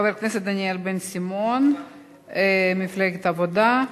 חבר הכנסת דניאל בן-סימון ממפלגת העבודה.